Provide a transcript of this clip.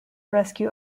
rescue